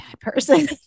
person